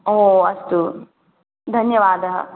ओ अस्तु धन्यवादः